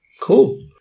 Cool